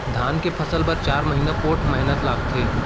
धान के फसल बर चार महिना पोट्ठ मेहनत लागथे